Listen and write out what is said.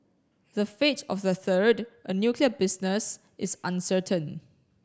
the fate of the third a nuclear business is uncertain